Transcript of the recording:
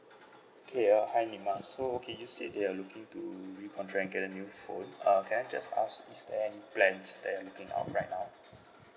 okay uh hi neema so okay you said that you're looking to recontract and get a new phone uh can I just ask is there any plans that you can think of right now